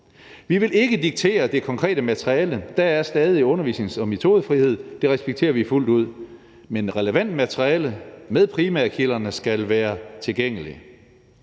Vi vil ikke diktere det konkrete materiale. Der er stadig undervisnings- og metodefrihed, og det respekterer vi fuldt ud. Men relevant materiale med primærkilderne skal være tilgængeligt.